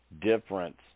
difference